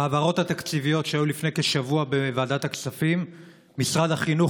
בהעברות התקציביות שהיו לפני כשבוע בוועדת הכספים משרד החינוך